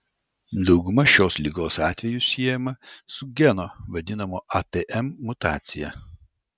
dauguma šios ligos atvejų siejama su geno vadinamo atm mutacija